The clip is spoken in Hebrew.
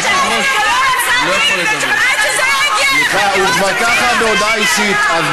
הוא גם ככה בהודעה אישית, אז